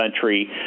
country